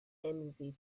envy